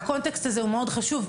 והקונטקסט הזה הוא מאוד חשוב.